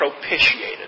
propitiated